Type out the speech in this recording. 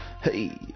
Hey